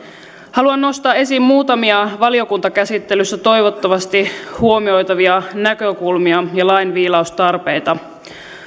haluan nostaa esiin muutamia valiokuntakäsittelyssä toivottavasti huomioitavia näkökulmia ja lain viilaustarpeita